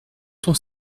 ton